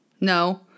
No